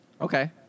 Okay